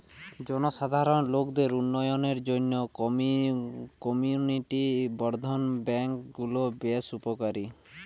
জনসাধারণ লোকদের উন্নয়নের জন্যে কমিউনিটি বর্ধন ব্যাংক গুলো বেশ উপকারী